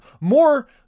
more